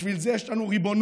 בשביל זה יש לנו ריבונות.